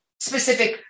specific